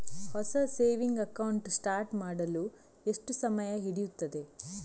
ಹೊಸ saving account start ಮಾಡಲು ಎಷ್ಟು ಸಮಯ ಹಿಡಿಯುತ್ತದೆ?